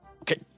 okay